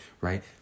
right